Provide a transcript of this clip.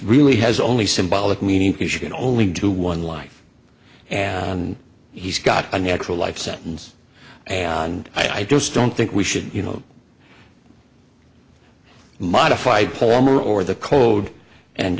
really has only symbolic meaning because you can only do one life and he's got an extra life sentence and i just don't think we should you know modified palmer or the code and